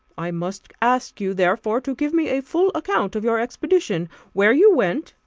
i must ask you, therefore, to give me a full account of your expedition where you went,